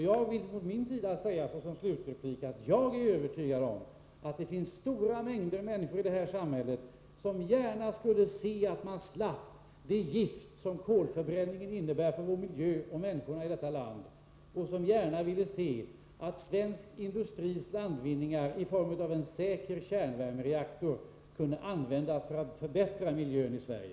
Jag vill som slutreplik säga att jag är övertygad om att det finns många människor i detta samhälle som gärna skulle se att man slapp det gift kolförbränningen innebär för vår miljö och människorna i detta land och gärna vill se att svensk industris landvinningar i form av en säker kärnvärmereaktor kunde användas för att förbättra miljön i Sverige.